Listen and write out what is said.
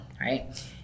right